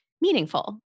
meaningful